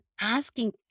asking